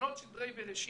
לשנות סדרי בראשית,